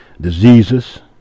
diseases